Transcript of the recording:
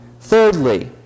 thirdly